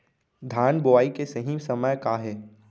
धान बोआई के सही समय का हे?